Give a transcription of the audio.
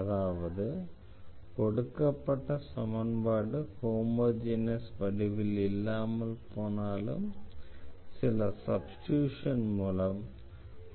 அதாவது கொடுக்கப்பட்ட சமன்பாடு ஹோமோஜெனஸ் வடிவில் இல்லாமல் போனாலும் சில சப்ஸ்டிட்யூஷன் மூலம்